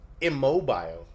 immobile